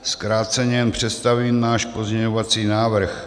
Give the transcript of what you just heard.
Zkráceně jen představím náš pozměňovací návrh.